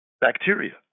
Bacteria